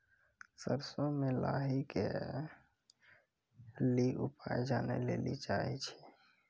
सरसों मे लाही के ली उपाय जाने लैली चाहे छी?